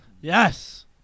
Yes